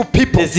people